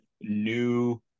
new